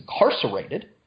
incarcerated